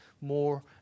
more